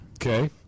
Okay